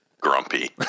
grumpy